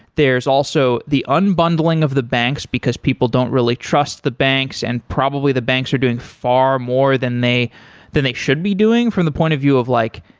there's also the unbundling of the banks, because people don't really trust the banks and probably the banks are doing far more than they than they should be doing from the point of view of like,